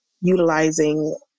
utilizing